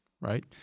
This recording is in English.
right